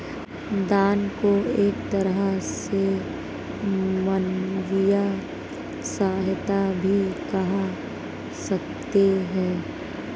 दान को एक तरह से मानवीय सहायता भी कह सकते हैं